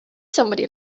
somebody